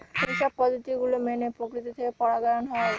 এইসব পদ্ধতি গুলো মেনে প্রকৃতি থেকে পরাগায়ন হয়